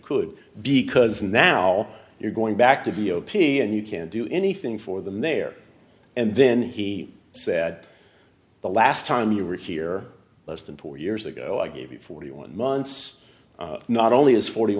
could because now you're going back to v o p and you can't do anything for them there and then he said the last time you were here less than four years ago i gave you forty one months not only is forty